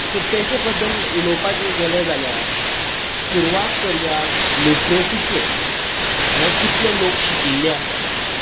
so तेचे बद्दल उलोवपाचें गेले जाल्यार सुरवात करया लिट्रसीचेर म्हळ्यार कितले लोक शिकिल्ले आसात